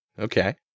Okay